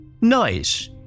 Nice